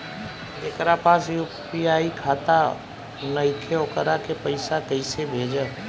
जेकरा पास यू.पी.आई खाता नाईखे वोकरा के पईसा कईसे भेजब?